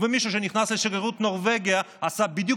אני רק